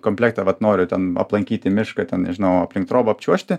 komplektą vat noriu ten aplankyti mišką ten nežinau aplink trobą apčiuožti